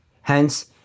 Hence